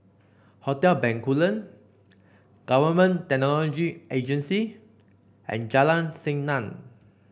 Hotel Bencoolen Government Technology Agency and Jalan Senang